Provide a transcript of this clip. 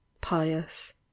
pious